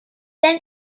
than